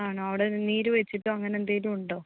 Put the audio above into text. ആണോ അവിടെ നീര് വെച്ചിട്ടോ അങ്ങനെ എന്തേലും ഉണ്ടോ